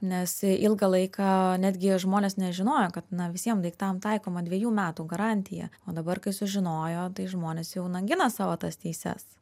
nes ilgą laiką netgi žmonės nežinojo kad na visiem daiktam taikoma dviejų metų garantija o dabar kai sužinojo tai žmonės jau na gina savo tas teises